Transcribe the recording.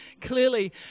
clearly